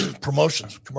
promotions